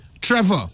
Trevor